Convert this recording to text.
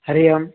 हरिः ओम्